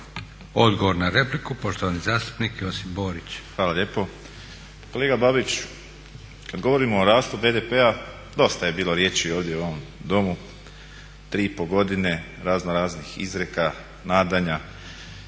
Odgovor na repliku, poštovani zastupnik Josip Borić. **Borić, Josip (HDZ)** Hvala lijepo. Kolega Babić, kad govorimo o rastu BDP-a dosta je bilo riječi ovdje u ovom Domu tri i pol godine razno, raznih izreka, nadanja